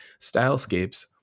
stylescapes